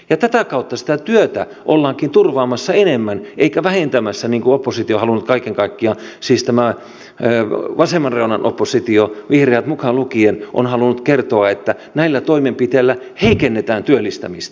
tätä kautta sitä työtä ollaankin turvaamassa enemmän eikä vähentämässä niin kuin oppositio on halunnut kaiken kaikkiaan siis tämä vasemman reunan oppositio vihreät mukaan lukien kertoa että näillä toimenpiteillä heikennetään työllistämistä